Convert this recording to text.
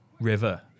river